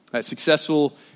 Successful